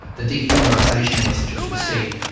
the dehumanisation messages we're seeing,